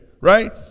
right